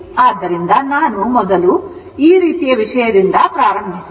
ಆದ್ದರಿಂದ ನಾನು ಮೊದಲು ಈ ರೀತಿಯ ವಿಷಯದಿಂದ ಪ್ರಾರಂಭಿಸಿದೆ